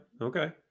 Okay